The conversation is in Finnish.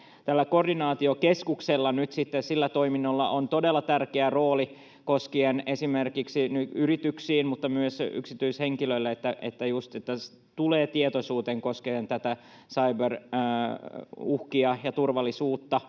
tällä koordinaatiokeskuksella, sillä toiminnolla, on todella tärkeä rooli koskien esimerkiksi yrityksiä mutta myös yksityishenkilöitä: kun tietoisuuteen tulee asioita koskien cyber-uhkia ja turvallisuutta,